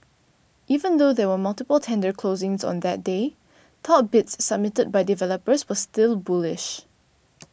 even though there were multiple tender closings on that day top bids submitted by developers were still bullish